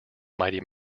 mighty